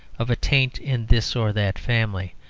of a taint in this or that family,